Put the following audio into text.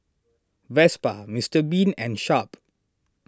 Vespa Mister Bean and Sharp